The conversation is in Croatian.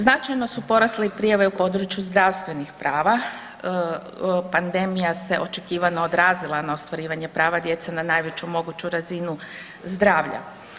Značajno su porasle i prijave u području zdravstvenih prava, pandemija se očekivano odrazila na ostvarivanje prava djece na najveću moguću razinu zdravlja.